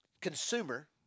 consumer